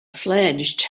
fledged